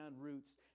roots